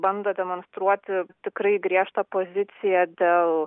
bando demonstruoti tikrai griežtą poziciją dėl